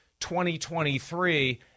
2023